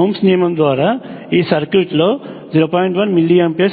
Ohm's నియమము ద్వారా ఈ సర్క్యూట్ లో 0